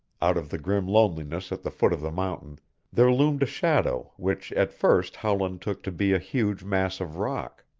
out of the grim loneliness at the foot of the mountain there loomed a shadow which at first howland took to be a huge mass of rock.